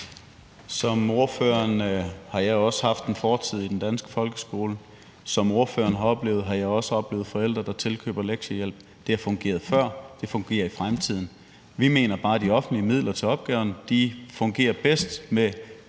Som ordføreren har jeg også haft en fortid i den danske folkeskole. Som ordføreren har oplevet, har jeg også oplevet forældre, der tilkøber lektiehjælp. Det har fungeret før. Det fungerer i fremtiden. Vi mener bare, at de offentlige midler til opgaven fungerer bedst med